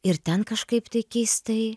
ir ten kažkaip tai keistai